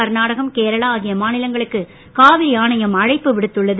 கர்நாடகம் கேரளா ஆகிய மாநிலங்களுக்கு காவிரி ஆணையம் அழைப்பு விடுத்துள்ளது